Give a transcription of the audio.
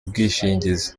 ubwishingizi